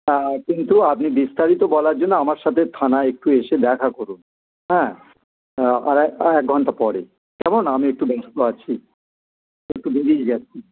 কিন্তু আপনি বিস্তারিত বলার জন্য আমার সাথে থানায় একটু এসে দেখা করুন হ্যাঁ এক ঘন্টা পরে কেমন আমি একটু ব্যস্ত আছি একটু বেরিয়ে যাচ্ছি